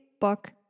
book